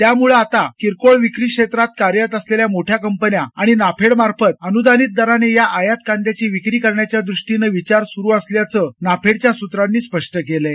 त्यामुळं आता किरकोळ विक्री क्षेत्रात कार्यरत असलेल्या मोठ्या कंपन्या आणि नाफेड मार्फत अनुदानित दराने या आयात कांद्याची विक्री करण्याच्या दृष्टीनं विचार सुरु असल्याचं नाफेडच्या सूत्रांनी स्पष्ट केलं आहे